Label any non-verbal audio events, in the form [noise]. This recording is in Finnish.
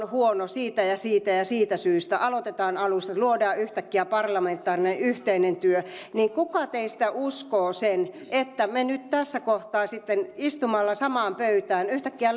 [unintelligible] huono siitä ja siitä ja siitä syystä aloitetaan alusta luodaan yhtäkkiä parlamentaarinen yhteinen työ niin kuka teistä uskoo että me nyt tässä kohtaa sitten istumalla samaan pöytään yhtäkkiä [unintelligible]